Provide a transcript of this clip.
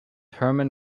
hermann